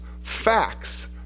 facts